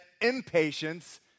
impatience